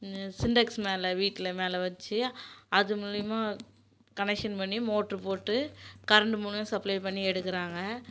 சின்டெக்ஸ் மேல வீட்டில் மேல வச்சி அது மூலிமா கனெக்ஷன் பண்ணி மோட்ரு போட்டு கரண்டு மூலிமா சப்ளே பண்ணி எடுக்கிறாங்க